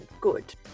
good